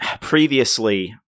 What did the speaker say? previously